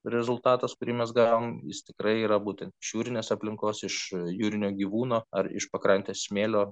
rezultatas kurį mes gavom jis tikrai yra būtent iš jūrinės aplinkos iš jūrinio gyvūno ar iš pakrantės smėlio